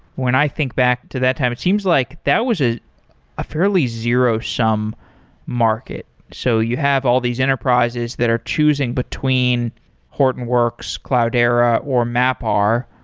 when i think back to that time, it seems like that was a ah fairly zero-sum market. so you have all these enterprises that are choosing between hortonworks, cloudera, or mapr.